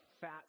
fat